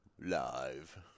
Live